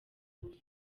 ngufu